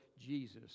Jesus